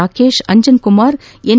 Rajesh Anjan Kumar N